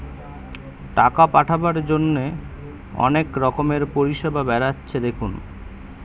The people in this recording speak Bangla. টাকা পাঠাবার জন্যে অনেক রকমের পরিষেবা বেরাচ্ছে দেখুন